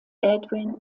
edwin